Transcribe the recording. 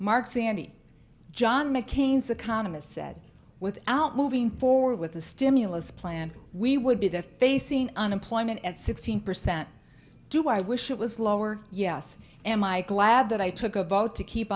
mark zandi john mccain's economist said without moving forward with the stimulus plan we would be there facing unemployment at sixteen percent do i wish it was lower yes am i glad that i took a vote to keep